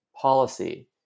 policy